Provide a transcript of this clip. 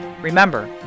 Remember